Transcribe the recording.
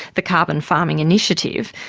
the carbon farming initiative,